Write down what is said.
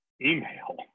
email